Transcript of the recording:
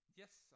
yes